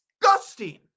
disgusting